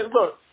look